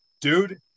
dude